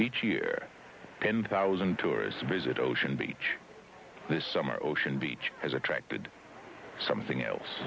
each year in two thousand tourists visit ocean beach this summer ocean beach has attracted something else